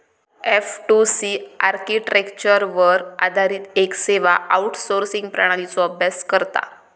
F two C आर्किटेक्चरवर आधारित येक सेवा आउटसोर्सिंग प्रणालीचो अभ्यास करता